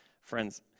friends